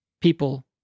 people